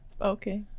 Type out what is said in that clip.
Okay